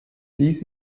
dies